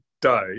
day